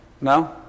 No